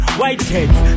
whiteheads